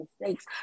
mistakes